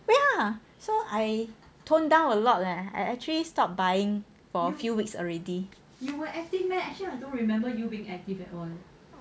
ya so I tone down a lot leh I actually stop buying for a few weeks already leh